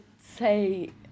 say